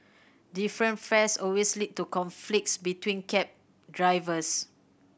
different fares always lead to conflicts between cab drivers